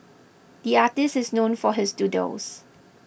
the artist is known for his doodles